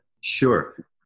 Sure